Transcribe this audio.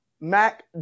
Mac